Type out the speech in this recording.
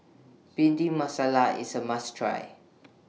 Bhindi Masala IS A must Try